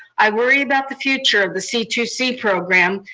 i worry about the future of the c two c program,